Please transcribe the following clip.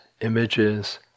images